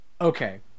okay